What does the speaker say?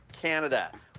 Canada